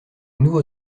nouveaux